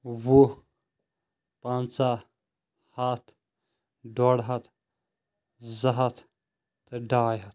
وُہ پنٛژہ ہتھ ڈۄڈہتھ زٕ ہتھ تہٕ ڈاے ہتھ